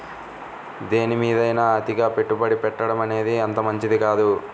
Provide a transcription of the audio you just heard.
దేనిమీదైనా అతిగా పెట్టుబడి పెట్టడమనేది అంతగా మంచిది కాదు